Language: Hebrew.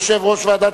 יושב-ראש ועדת